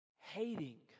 Hating